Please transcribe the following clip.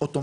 אוטומטיים,